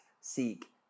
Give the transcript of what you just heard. seek